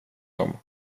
dem